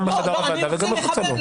גם בחדר הוועדה וגם מחוץ לחדר הוועדה.